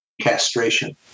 castration